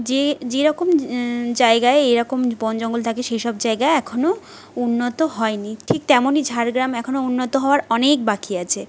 যে যেরকম জায়গায় এরকম বন জঙ্গল থাকে সে সব জায়গায় এখনো উন্নত হয় নি ঠিক তেমনি ঝাড়গ্রাম এখনো উন্নত হওয়ার অনেক বাকি আছে